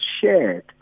shared